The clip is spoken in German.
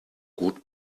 gut